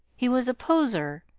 he was a poseur,